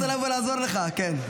הוא רוצה לבוא לעזור לך, כן.